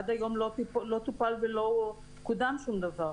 עד היום לא טופל ולא קודם שום דבר.